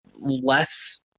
less